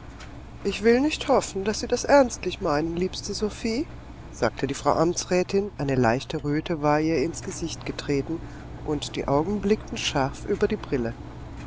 ich will nicht hoffen daß sie das ernstlich meinen liebste sophie sagte die frau amtsrätin eine leichte röte war in ihr gesicht getreten und die augen blickten scharf über die brille